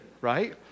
right